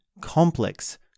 Complex